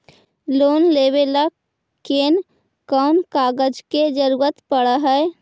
Loan लेबे ल कैन कौन कागज के जरुरत पड़ है?